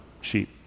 sheep